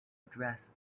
address